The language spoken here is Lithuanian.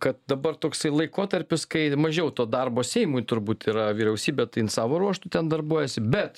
kad dabar toksai laikotarpis kai mažiau to darbo seimui turbūt yra vyriausybė tai jin savo ruožtu ten darbuojasi bet